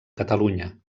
catalunya